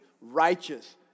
righteous